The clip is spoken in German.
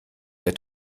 der